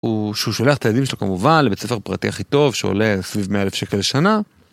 שהוא שולח את הילדים שלו כמובן לבית ספר פרטי הכי טוב שעולה סביב 100 אלף שקל שנה.